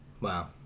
Wow